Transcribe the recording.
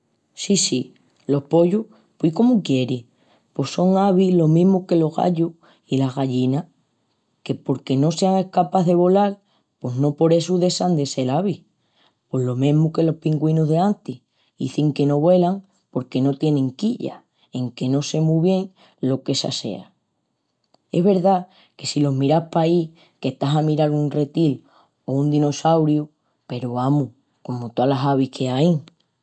Sí, sí, los pollus, pui cómu quieris? Pos son avis lo mesmu que los gallus i las gallinas. Que porque no sean escapás de volal pos no por essu dexan de sel avis, pos lo mesmu que los pingüinus d'enantis, izin que no vuelan porque no tienin quilla, enque no sé mu bien lo qu'essu sea. Es verdá que si los miras pahi que estás a miral un retil o un dinossauriu peru, amus, comu tolas avis qu'ain.